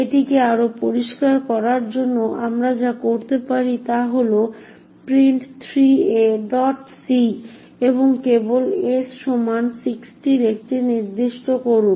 এটিকে আরও পরিষ্কার করার জন্য আমরা যা করতে পারি তা হল print3ac এবং কেবল s সমান 60 এটি নির্দিষ্ট করুন